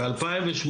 ב-2018,